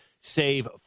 Save